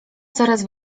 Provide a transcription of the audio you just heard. coraz